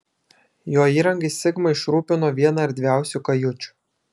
jo įrangai sigma išrūpino vieną erdviausių kajučių